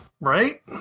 right